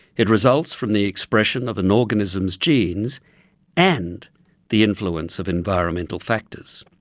it results from the expression of an organism's genes and the influence of environmental factors.